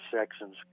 sections